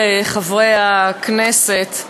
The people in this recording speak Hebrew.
חברי חברי הכנסת,